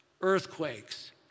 earthquakes